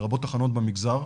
לרבות תחנות במגזר,